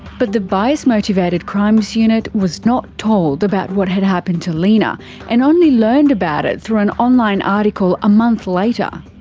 but the bias motivated crimes unit was not told about what had happened to lina and only learned about it through an online article a month later.